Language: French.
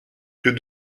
que